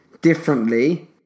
differently